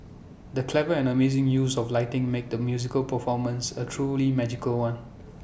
the clever and amazing use of lighting made the musical performance A truly magical one